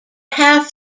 half